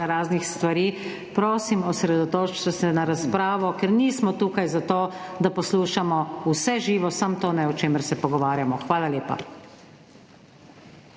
raznih stvari. Prosim, osredotočite se na razpravo, ker nismo tukaj zato, da poslušamo vse živo, samo tega ne, o čemer se pogovarjamo. Hvala lepa.